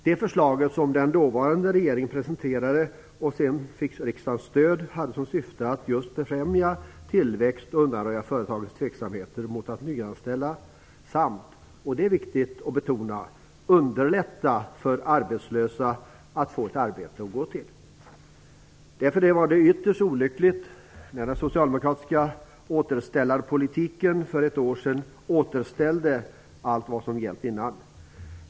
Det förslag som den dåvarande regeringen presenterade och som sedan fick riksdagens stöd hade som syfte att just befrämja tillväxt och undanröja företagens tveksamheter mot att nyanställa samt - det är viktigt att betona - underlätta för arbetslösa att få ett arbete att gå till. Det var därför ytterst olyckligt när den socialdemokratiska "återställarpolitiken" för ett år sedan återställde allt till vad som hade gällt innan.